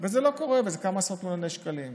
וזה לא קורה, וזה כמה עשרות מיליוני שקלים.